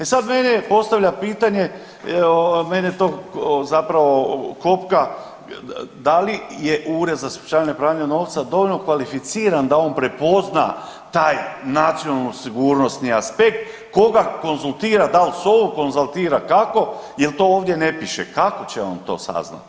E sad mene postavlja pitanje, mene to zapravo kopka da li je Ured za sprječavanje pranja novca dovoljno kvalificiran da on prepozna taj nacionalno sigurnosni aspekt, koga konzultira, dal SOA-u konzultira, kako, jel to ovdje ne piše, kako će on to saznat?